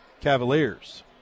Cavaliers